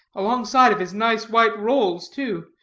alongside of his nice white rolls, too.